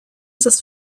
des